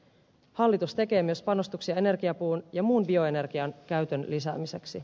hallitus tekee myös panostuksia energiapuun ja muun bioenergian käytön lisäämiseksi